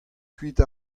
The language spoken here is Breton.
kuit